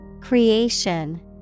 Creation